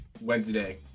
Wednesday